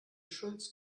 schulz